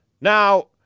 now